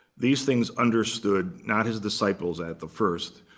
these things understood not his disciples at the first.